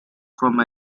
from